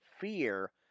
fear